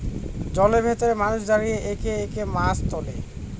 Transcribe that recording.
জলের ভেতরে মানুষ দাঁড়িয়ে একে একে মাছ তোলে